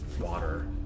water